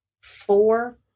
four